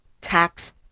tax